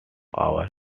our